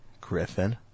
Griffin